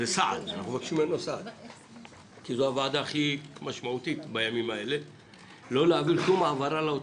זו הוועדה הכי משמעותית בימים אלה - היא לא להעביר שום העברה לאוצר,